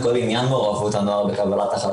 בכל ההתמכרויות הסיכוניות.